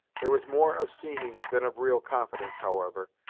there was more of seeming, than of real confidence, however,